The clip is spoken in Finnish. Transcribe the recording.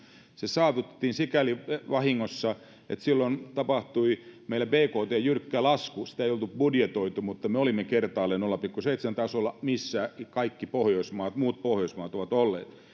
se saavutettiin sikäli vahingossa että silloin tapahtui meillä bktn jyrkkä lasku sitä ei ollut budjetoitu mutta me olimme kertaalleen nolla pilkku seitsemän tasolla missä kaikki muut pohjoismaat ovat olleet